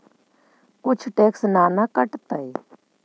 कुछ टैक्स ना न कटतइ?